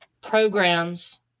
programs